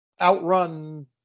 outrun